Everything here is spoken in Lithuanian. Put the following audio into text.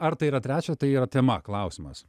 ar tai yra trečia tai yra tema klausimas